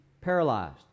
paralyzed